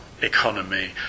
economy